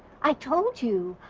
i told you,